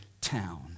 town